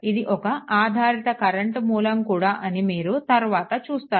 ఇది ఒక ఆధారిత కరెంట్ మూలం కూడా అని మీరు తరువాత చూస్తారు